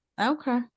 okay